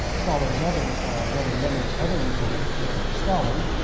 ah stalin's other rather lenin's other lieutenant, josef stalin,